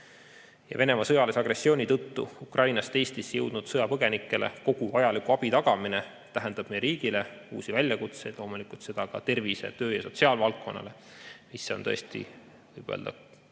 Venemaa sõjalise agressiooni tõttu Ukrainast Eestisse jõudnud sõjapõgenikele kogu vajaliku abi tagamine tähendab meie riigile uusi väljakutseid, loomulikult ka tervise-, töö- ja sotsiaalvaldkonnale. Seni on tõesti, võib öelda,